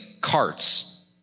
carts